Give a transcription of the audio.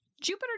Jupiter